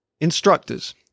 Instructors